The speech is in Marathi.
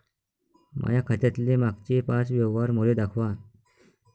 माया खात्यातले मागचे पाच व्यवहार मले दाखवा